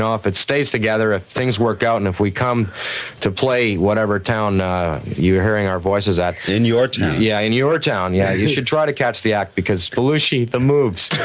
um if it stays together, if things work out, and if we come to play whatever town you're hearing our voices at in your town. yeah in your town, yeah. you should try to catch the act because belushi, the moves.